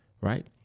Right